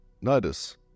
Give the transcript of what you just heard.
notice